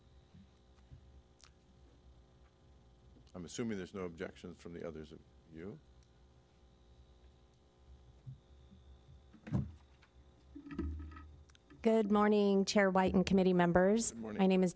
chair white and committee members my name is